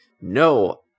no